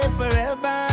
forever